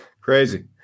Crazy